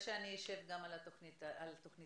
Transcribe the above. אני מחזיקה ביד מכתב בשפה